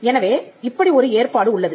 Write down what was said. எனவே இப்படி ஒரு ஏற்பாடு உள்ளது